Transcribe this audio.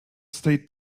state